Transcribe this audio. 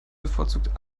bevorzugt